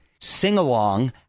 sing-along